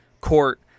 court